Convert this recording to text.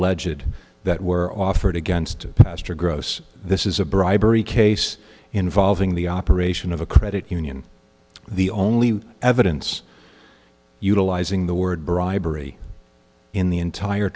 y that were offered against pastor gross this is a bribery case involving the operation of a credit union the only evidence utilizing the word bribery in the entire